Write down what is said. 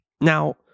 Now